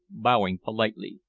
bowing politely.